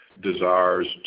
desires